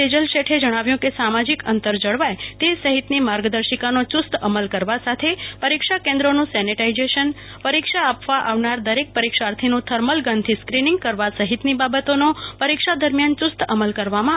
તેજલ શેઠે જણાવ્યું કે સામાજિક અંતર જળવાય તે સહિતની માર્ગદર્શિકાનો ચુસ્ત અમલ કરવા સાથે પરીક્ષા કેન્દ્રોનું સેનિટાઈઝેશન પરીક્ષા આપવા આવનાર દરેક પરીક્ષાર્થીનું નોર્મલ ગનથી ક્રીનિંગ કરવા સહિતની બાબોતોનો પરીક્ષા દરમિયાન ચુસ્ત અમલ કરવામાં આવશે